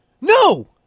No